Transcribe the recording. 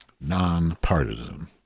non-partisan